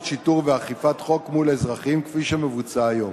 שיטור ואכיפת חוק מול אזרחים כפי שמבוצע היום.